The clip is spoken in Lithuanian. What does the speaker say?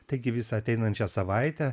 taigi visą ateinančią savaitę